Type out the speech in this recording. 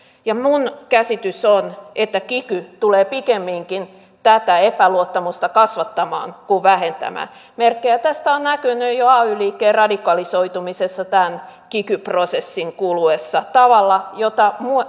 minun käsitykseni on että kiky tulee pikemminkin tätä epäluottamusta kasvattamaan kuin vähentämään merkkejä tästä on näkynyt jo ay liikkeen radikalisoitumisessa tämän kiky prosessin kuluessa tavalla jota